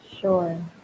Sure